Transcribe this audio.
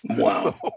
Wow